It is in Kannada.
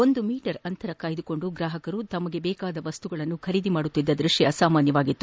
ಒಂದು ಮೀಟರ್ ಅಂತರ ಕಾಯ್ಸಕೊಂಡು ಗ್ರಾಪಕರು ತಮ್ಮ ಅಗತ್ತ ವಸ್ತುಗಳನ್ನು ಖರೀದಿಸುತ್ತಿದ್ದ ದೃಷ್ಠ ಸಾಮಾನ್ಯವಾಗಿತ್ತು